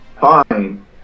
Fine